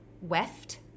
weft